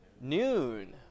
Noon